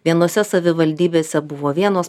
vienose savivaldybėse buvo vienos